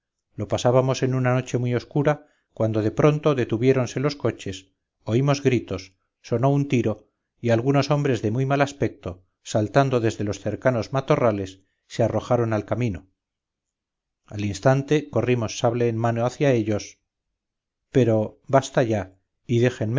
lo pasábamos en una noche muy oscura cuando de pronto detuviéronse los coches oímos gritos sonó un tiro y algunos hombres de muy mal aspecto saltando desde los cercanos matorrales se arrojaron al camino al instante corrimos sable en mano hacia ellos pero basta ya y déjenme